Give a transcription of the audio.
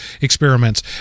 experiments